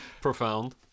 profound